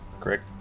Correct